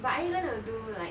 but are you gonna do like